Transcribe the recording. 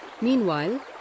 Meanwhile